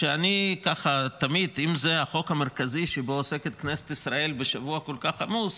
אם זה החוק המרכזי שבו עוסקת כנסת ישראל בשבוע כל כך עמוס,